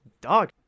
dog